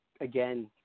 again